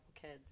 kids